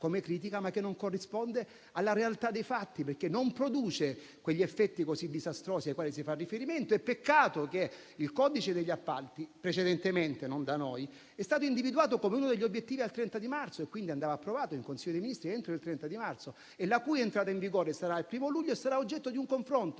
ma che non corrisponde alla realtà dei fatti, perché non produce quegli effetti così disastrosi ai quali si fa riferimento. Peccato che il codice degli appalti, precedentemente e non da noi, è stato individuato come uno degli obiettivi al 30 marzo, quindi andava approvato in Consiglio dei ministri entro tale data. L'entrata in vigore avverrà il 1° luglio e sarà oggetto di un confronto